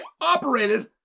operated